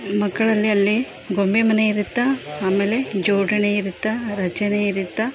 ಮಕ್ಕಳಲ್ಲಿ ಅಲ್ಲಿ ಗೊಂಬೆ ಮನೆ ಇರುತ್ತೆ ಆಮೇಲೆ ಜೋಡಣೆ ಇರುತ್ತೆ ರಚನೆ ಇರುತ್ತೆ